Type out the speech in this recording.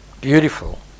Beautiful